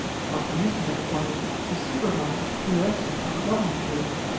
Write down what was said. for a commission was appointed to supervise the erection of a government building,